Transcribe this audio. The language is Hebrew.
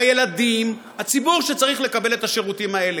הילדים, הציבור שצריך לקבל את השירותים האלה.